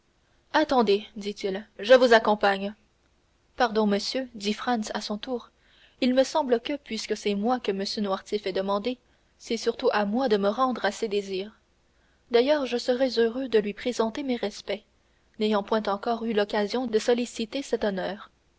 attendez dit-il je vous accompagne pardon monsieur dit franz à son tour il me semble que puisque c'est moi que m noirtier fait demander c'est surtout à moi de me rendre à ses désirs d'ailleurs je serai heureux de lui présenter mes respects n'ayant point encore eu l'occasion de solliciter cet honneur